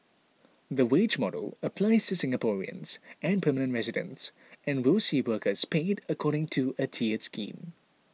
the wage model applies Singaporeans and permanent residents and will see workers paid according to a tiered scheme